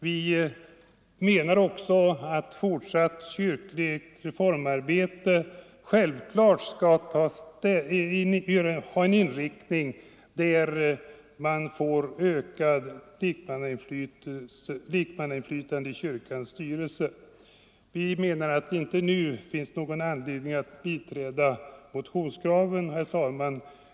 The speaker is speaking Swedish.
Vi menar att fortsatt kyrkligt reformarbete självklart skall ha en inriktning mot ett ökat lekmannainflytande i kyrkans styrelse och anser att det inte nu finns någon anledning att biträda motionskravet. Herr talman!